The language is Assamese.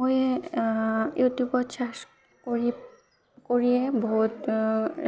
মই ইউটিউবত চাৰ্চ কৰি কৰিয়ে বহুত